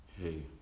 Hey